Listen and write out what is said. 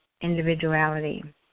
individuality